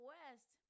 West